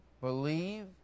believe